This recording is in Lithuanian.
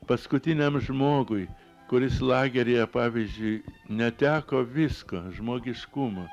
paskutiniam žmogui kuris lageryje pavyzdžiui neteko visko žmogiškumo